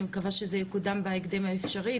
אני מקווה שזה יקודם בהקדם האפשרי.